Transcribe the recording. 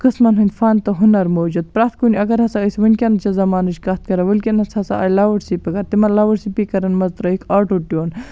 قٕسمَن ہٕنٛدۍ فَن تہٕ ہُنَر موٗجود پرٮ۪تھ کُنہِ اَگَر ہَسا أسۍ وٕنکیٚن چہِ زَمانٕچ کتھ کَرو وٕنکیٚنَس ہَسا آیہِ لاوُڈ سپیٖکَر تِمَن لاوُڈ سپیٖکَرَن مَنٛز ترٲیِکھ آٹو ٹیٚون